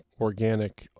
organic